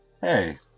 hey